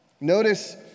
Notice